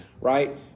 right